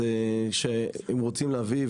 הם רוצים להביא,